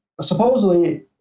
supposedly